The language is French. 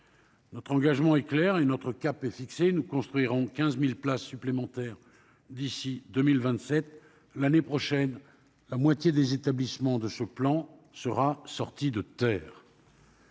Notre engagement est clair et notre cap est fixé : nous construirons 15 000 places de prison supplémentaires d'ici à 2027. L'année prochaine, la moitié des établissements prévus dans ce plan seront sortis de terre.